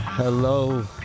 Hello